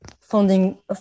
funding